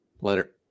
Later